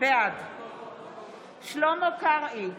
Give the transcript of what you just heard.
בעד שלמה קרעי,